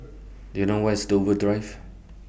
Do YOU know Where IS Dover Drive